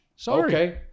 Sorry